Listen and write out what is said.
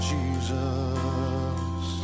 Jesus